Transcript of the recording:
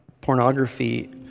Pornography